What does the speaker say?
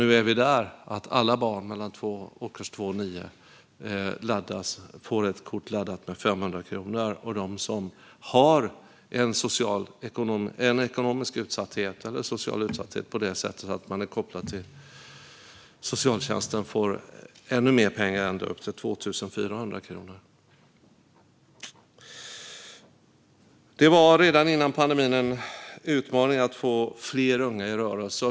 Nu är vi där att alla barn i årskurs 2-9 får ett kort laddat med 500 kronor. De som har en ekonomisk utsatthet eller en social utsatthet på det sättet att de är kopplade till socialtjänsten får ännu mer pengar, ända upp till 2 400 kronor. Det var redan före pandemin en utmaning att få fler unga i rörelse.